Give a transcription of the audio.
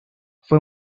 fue